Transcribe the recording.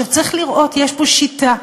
צריך לראות, יש פה שיטה.